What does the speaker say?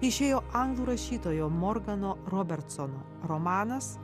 išėjo anglų rašytojo morgano robertsono romanas